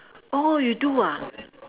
oh you do ah